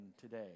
today